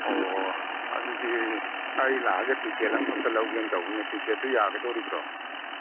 ꯑꯣ ꯑꯗꯨꯗꯤ ꯑꯩ ꯂꯥꯛꯑꯒ ꯇꯤꯀꯦꯠ ꯑꯝꯈꯛꯇ ꯂꯧꯒꯦꯅ ꯇꯧꯕꯅꯤ ꯇꯤꯀꯦꯠꯇꯨ ꯌꯥꯒꯗꯣꯔꯤꯕ꯭ꯔꯣ